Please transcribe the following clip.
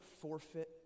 forfeit